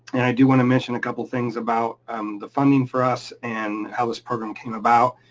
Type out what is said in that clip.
and i do wanna mention a couple of things about um the funding for us and how this program came about.